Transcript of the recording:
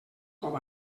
cop